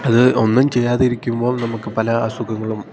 അത് ഒന്നും ചെയ്യാതിരിക്കുമ്പോൾ നമുക്ക് പല അസുഖങ്ങളും